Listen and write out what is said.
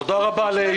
הישיבה נעולה.